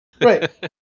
Right